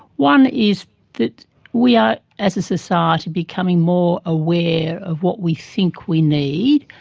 one is that we are, as a society, becoming more aware of what we think we need,